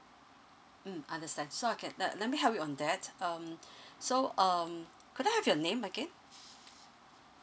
mm understand so I can let let me help you on that um so um could I have your name again